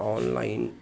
all line